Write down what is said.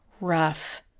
rough